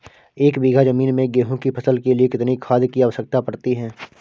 एक बीघा ज़मीन में गेहूँ की फसल के लिए कितनी खाद की आवश्यकता पड़ती है?